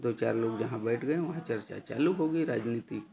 दो चार लोग जहाँ बैठ गए वहाँ चर्चा चालू हो गई राजनीतिक